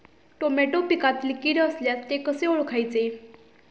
Tomato पिकातील कीड असल्यास ते कसे ओळखायचे?